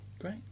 Great